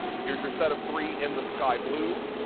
here's your set of three in the sky blue.